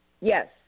Yes